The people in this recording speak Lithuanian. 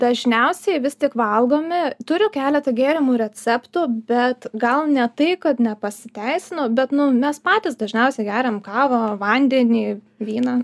dažniausiai vis tik valgomi turiu keletą gėrimų receptų bet gal ne tai kad nepasiteisino bet nu mes patys dažniausiai geriam kavą vandenį vyną